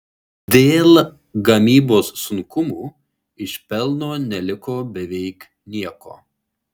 dėl gamybos sunkumų iš pelno neliko beveik nieko